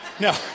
no